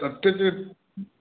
तते जे